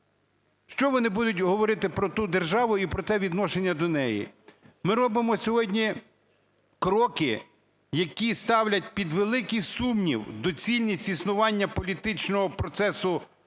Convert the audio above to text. Що вони будуть говорити про ту державу і про те відношення до неї. Ми робимо сьогодні кроки, які ставлять під великий сумнів доцільність існування політичного процесу